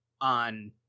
on